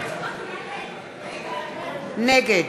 נגד